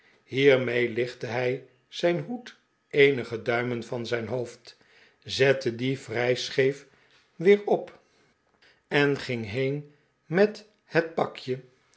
hiermee lichtte hij zijn hoed eenige duimen van zijn hoofd zette dien vrij scheef weer op en ging heen met het pakje